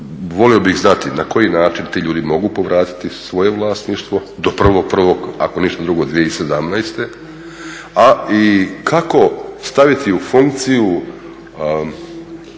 volio bih znati na koji način ti ljudi mogu povratiti svoje vlasništvo do 1.1.ako ništa drugo 2017., a i kako staviti u funkciju